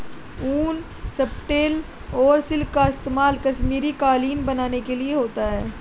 ऊन, स्टेपल और सिल्क का इस्तेमाल कश्मीरी कालीन बनाने के लिए होता है